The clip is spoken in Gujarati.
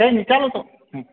કઅ નહી ચાલો તો હમ